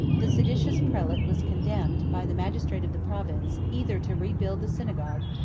the seditious prelate was condemned, by the magistrate of the province, either to rebuild the synagogue,